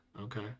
Okay